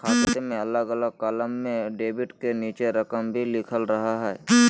खाते में अलग अलग कालम में डेबिट के नीचे रकम भी लिखल रहा हइ